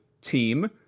team